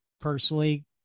personally